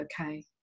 okay